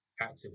active